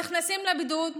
נכנסים לבידוד,